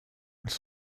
elles